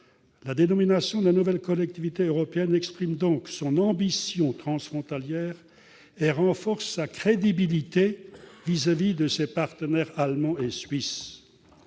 La dénomination de la nouvelle collectivité européenne exprime donc son ambition transfrontalière et renforce sa crédibilité vis-à-vis de ses partenaires allemands et suisses.